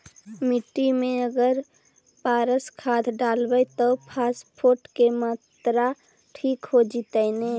मिट्टी में अगर पारस खाद डालबै त फास्फोरस के माऋआ ठिक हो जितै न?